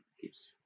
keeps